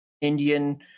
Indian